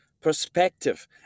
perspective